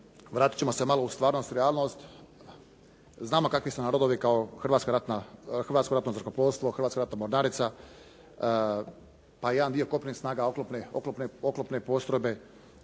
vratit ćemo se malo u stvarnost i realnost. Znamo kakvi su nam rodovi kao Hrvatsko ratno zrakoplovstvo, Hrvatska ratna mornarica, pa jedan kopnenih snaga, oklopne postrojbe.